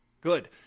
Good